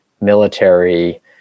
military